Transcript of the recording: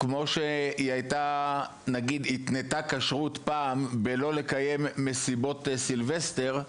כמו שהיא נגיד התנתה כשרות פעם בלא לקיים מסיבות סילבסטר,